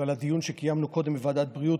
ועל הדיון שקיימנו קודם בוועדת הבריאות.